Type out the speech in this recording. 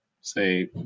say